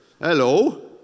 hello